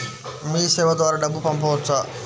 మీసేవ ద్వారా డబ్బు పంపవచ్చా?